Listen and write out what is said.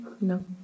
No